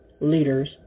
leaders